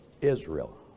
Israel